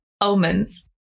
Almonds